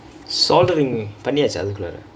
solderingk பன்னியாச்சா அதுக்குள்ள:panniyaachaa athukulla